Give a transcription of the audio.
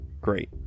great